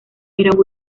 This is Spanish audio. era